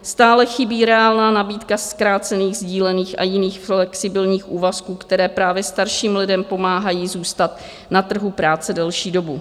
Stále chybí reálná nabídka zkrácených, sdílených a jiných flexibilních úvazků, které právě starším lidem pomáhají zůstat na trhu práce delší dobu.